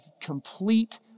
complete